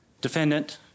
defendant